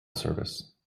service